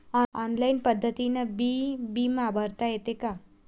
Online पद्धतीनं बी बिमा भरता येते का?